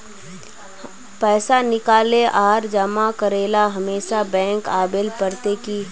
पैसा निकाले आर जमा करेला हमेशा बैंक आबेल पड़ते की?